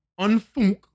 Unfunk